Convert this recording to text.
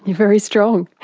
very strong!